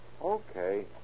Okay